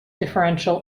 differential